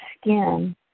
skin